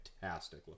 fantastic